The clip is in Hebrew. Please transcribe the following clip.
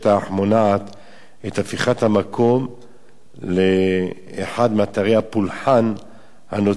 את הפיכת המקום לאחד מאתרי הפולחן הנוצריים הגדולים בארץ.